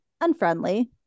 unfriendly